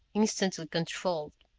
instantly controlled.